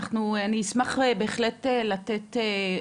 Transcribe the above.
אני אשמח בהחלט לתת,